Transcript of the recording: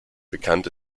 benannt